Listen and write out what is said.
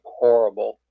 horrible